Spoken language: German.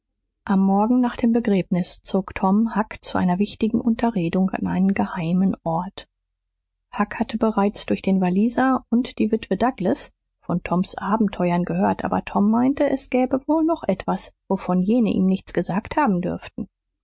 am morgen nach dem begräbnis zog tom huck zu einer wichtigen unterredung an einen geheimen ort huck hatte bereits durch den walliser und die witwe douglas von toms abenteuern gehört aber tom meinte es gäbe wohl noch etwas wovon jene ihm nichts gesagt haben dürften